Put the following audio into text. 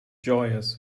joyous